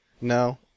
No